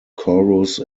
chorus